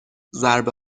ضربه